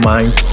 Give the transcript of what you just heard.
Mind